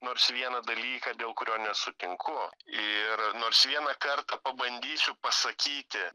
nors vieną dalyką dėl kurio nesutinku ir nors vieną kartą pabandysiu pasakyti